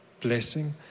blessing